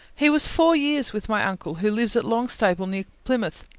he was four years with my uncle, who lives at longstaple, near plymouth.